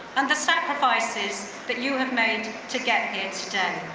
and the sacrifices that you have made to get here today.